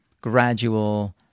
gradual